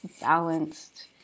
balanced